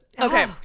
Okay